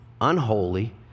unholy